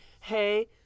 hey